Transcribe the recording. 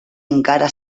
encara